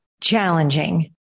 challenging